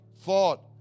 thought